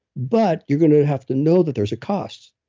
but you're going to have to know that there's a cost.